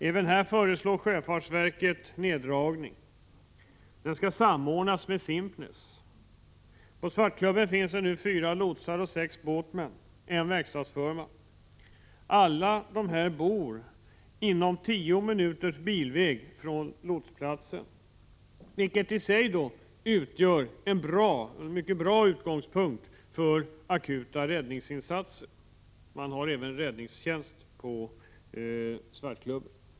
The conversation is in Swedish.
Även här föreslår sjöfartsverket neddragning. Den skall samordnas med Simpnäs. På Svartklubben finns nu fyra lotsar, sex båtsmän och en verkstadsförman. Alla bor inom tio minuters bilväg från lotsplatsen, vilket i sig utgör en mycket bra utgångspunkt för akuta räddningsinsatser. Det finns räddningstjänst även på Svartklubben.